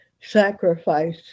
sacrifice